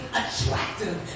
attractive